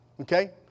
okay